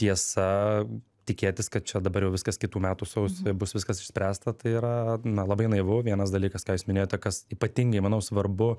tiesa tikėtis kad čia dabar jau viskas kitų metų sausį bus viskas išspręsta tai yra na labai naivu vienas dalykas ką jūs minėjote kas ypatingai manau svarbu